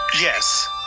Yes